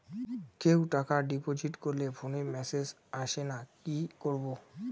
কেউ টাকা ডিপোজিট করলে ফোনে মেসেজ আসেনা কি করবো?